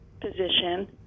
position